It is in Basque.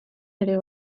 ere